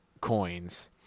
coins